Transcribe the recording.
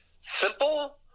simple